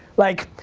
like,